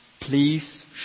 Please